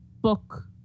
book